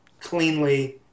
cleanly